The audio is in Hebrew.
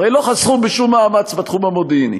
הרי לא חסכו בשום מאמץ בתחום המודיעיני.